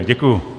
Děkuju.